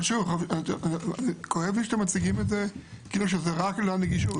אבל שוב כואב לי שאתם מציגים את זה כאילו שזה רק לנגישות.